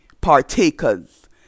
partakers